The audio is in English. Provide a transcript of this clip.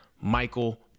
michael